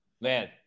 Man